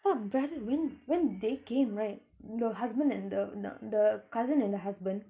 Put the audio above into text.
so brother when when they came right the husband and the the the cousin and the husband